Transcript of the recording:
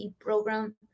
program